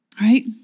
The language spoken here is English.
Right